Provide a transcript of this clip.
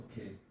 okay